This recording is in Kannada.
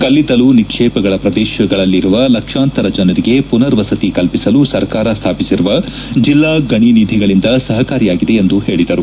ಕಲ್ಲಿದ್ದಲು ನಿಕ್ಷೇಪಗಳ ಪ್ರದೇಶಗಳಲ್ಲಿರುವ ಲಕ್ಷಾಂತರ ಜನರಿ ಪುನರ್ ವಸತಿ ಕಲ್ಲಿಸಲು ಸರ್ಕಾರ ಸ್ನಾಪಿಸಿರುವ ಜಿಲ್ಲಾ ಗಣಿ ನಿಧಿಗಳಿಂದ ಸಹಕಾರಿಯಾಗಿದೆ ಎಂದು ಹೇಳಿದರು